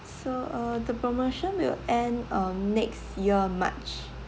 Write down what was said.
so uh the promotion will end um next year march